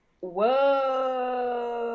Whoa